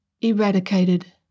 eradicated